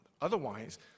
Otherwise